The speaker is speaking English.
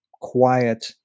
quiet